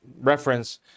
reference